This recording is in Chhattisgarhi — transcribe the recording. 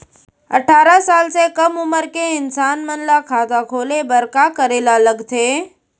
अट्ठारह साल से कम उमर के इंसान मन ला खाता खोले बर का करे ला लगथे?